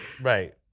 right